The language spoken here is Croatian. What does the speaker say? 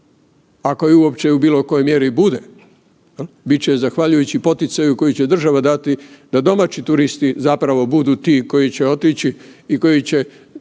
ako je uopće u bilo kojoj mjeri i bude. Bit će zavaljujući poticaju koji će država dati da domaći turisti zapravo budu ti koji će otići i koji će